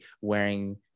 wearing